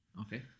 okay